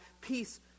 peace